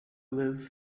live